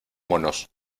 monos